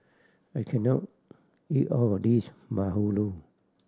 I can not eat all this bahulu